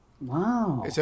Wow